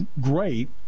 great